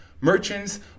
merchants